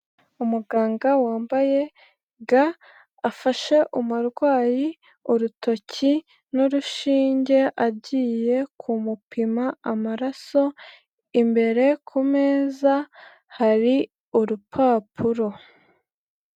Umuganga wambaye ga, afashe umurwayi urutoki n'urushinge agiye kumupima amaraso. Imbere ku meza hari urupapuro.